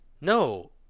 No